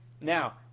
now